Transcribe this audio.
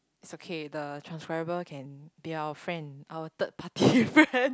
it's okay the transcriber can be our friend our third party friend